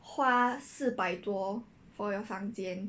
花四百多 for your 房间